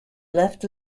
left